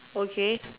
okay